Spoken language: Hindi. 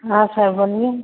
हाँ सर बोलिए